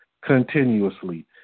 continuously